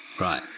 Right